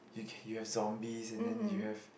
you can you have zombies and then you have